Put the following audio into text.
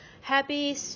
happy